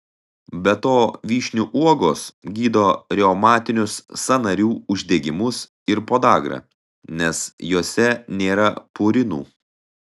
be to vyšnių uogos gydo reumatinius sąnarių uždegimus ir podagrą nes jose nėra purinų